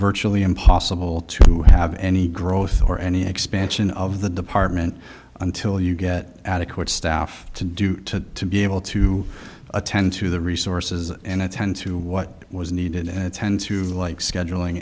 virtually impossible to have any growth or any expansion of the department until you get adequate staff to do to be able to attend to the resources and attend to what was needed and tend to like scheduling